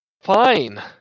Fine